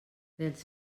dels